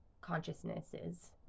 consciousnesses